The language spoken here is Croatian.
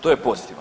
To je pozitivno.